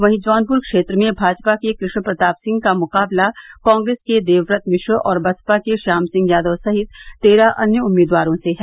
वहीं जौनपुर क्षेत्र में भाजपा के कृष्ण प्रताप सिंह का मुकाबला कांग्रेस के देवव्रत मिश्र और बसपा के श्याम सिंह यादव सहित तेरह अन्य उम्मीदवारों से है